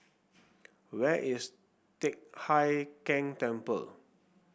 where is Teck Hai Keng Temple